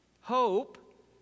Hope